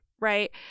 right